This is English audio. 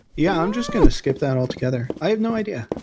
yeah, i'm just going to skip that altogether. i have no idea.